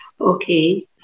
Okay